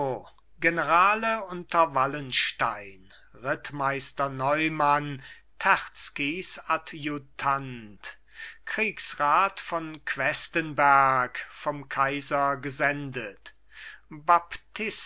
generale unter wallenstein rittmeister neumann terzkys adjutant kriegsrat von questenberg vom kaiser gesendet